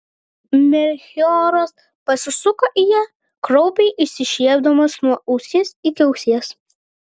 melchioras pasisuko į ją kraupiai išsišiepdamas nuo ausies iki ausies